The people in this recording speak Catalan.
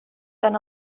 tan